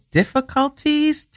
difficulties